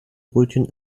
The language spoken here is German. brötchen